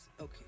Okay